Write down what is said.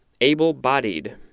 able-bodied